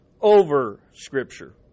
over-Scripture